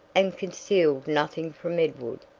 and concealed nothing from edward.